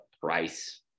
price